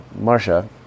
Marsha